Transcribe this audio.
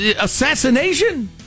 assassination